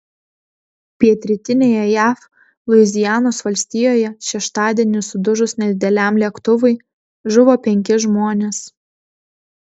pietrytinėje jav luizianos valstijoje šeštadienį sudužus nedideliam lėktuvui žuvo penki žmonės